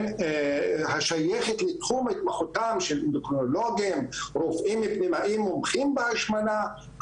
השייכת לתחום התמחותם של אנדוקרינולוגים ופנימאים מומחים בהשמנה,